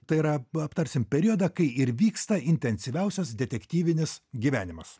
tai yra aptarsim periodą kai ir vyksta intensyviausias detektyvinis gyvenimas